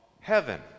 heaven